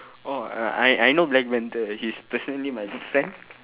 oh uh I I know black panther he's personally my good friend